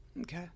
Okay